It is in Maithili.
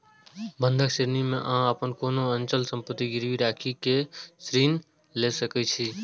बंधक ऋण मे अहां अपन कोनो अचल संपत्ति गिरवी राखि कें ऋण लए सकै छी